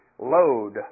Load